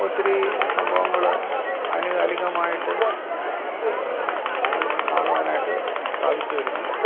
ഒത്തിരി സംഭവങ്ങൾ ആനുകാലികമായിട്ട് നമുക്ക് കാണുവാനായിട്ട് സാധിച്ചുവരുന്നുണ്ട്